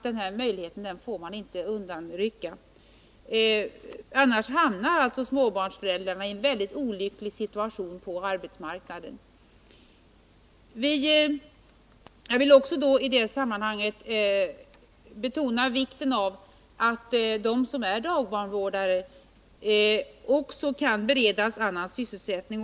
Den möjligheten får man inte undanrycka, annars hamnar småbarnsföräldrarna i en väldigt olycklig situation på arbetsmarknaden. Jag vill i det sammanhanget betona vikten av att de som är barnvårdare också kan beredas annan sysselsättning.